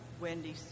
Wendy